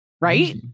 Right